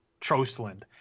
Trostland